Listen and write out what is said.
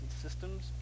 systems